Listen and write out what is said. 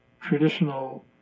traditional